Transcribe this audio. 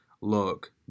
Look